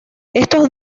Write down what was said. estos